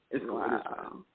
Wow